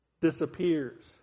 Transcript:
disappears